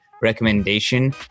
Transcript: recommendation